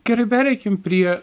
gerai pereikim prie